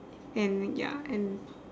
and ya and